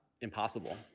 impossible